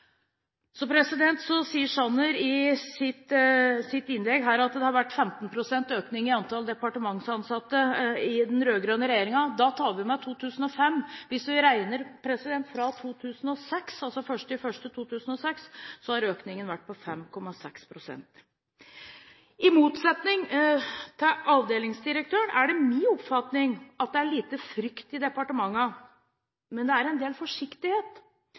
sier i sitt innlegg at det har vært 15 pst. økning i antallet departementsansatte under den rød-grønne regjeringen. Da tar vi med 2005. Hvis vi regner fra 2006 – altså 1. januar 2006 – har økningen vært på 5,6 pst. I motsetning til avdelingsdirektørens, er det min oppfatning at det er lite frykt i departementene, men det er en del forsiktighet.